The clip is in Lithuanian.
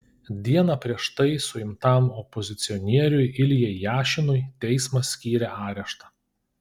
dieną prieš tai suimtam opozicionieriui iljai jašinui teismas skyrė areštą